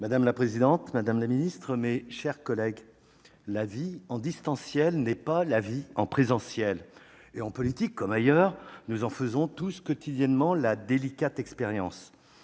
Madame la présidente, madame la secrétaire d'État, mes chers collègues, la vie en « distanciel » n'est pas la vie en « présentiel ». Et en politique, comme ailleurs, nous en faisons tous quotidiennement la délicate expérience.